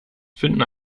finden